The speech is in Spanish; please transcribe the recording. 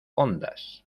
ondas